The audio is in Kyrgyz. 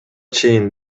чейин